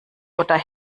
oder